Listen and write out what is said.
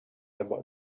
about